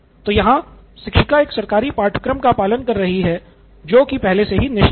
तो यहाँ शिक्षिका एक सरकारी पाठ्यक्रम का पालन कर रहीं है जो की पहले से ही निश्चित है